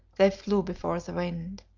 they flew before the wind.